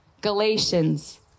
Galatians